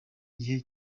gihe